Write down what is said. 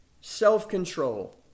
self-control